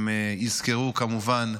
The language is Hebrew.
הם יזכרו, כמובן,